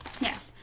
Yes